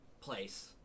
place